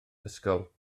ysgol